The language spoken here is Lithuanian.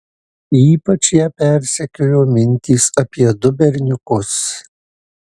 ypač ją persekiojo mintys apie du berniukus